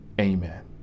Amen